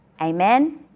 Amen